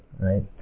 right